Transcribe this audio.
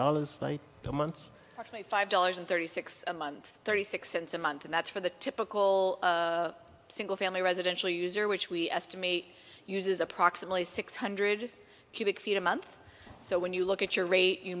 dollars a month or five dollars and thirty six a month thirty six cents a month and that's for the typical single family residential user which we estimate uses approximately six hundred cubic feet a month so when you look at your rate you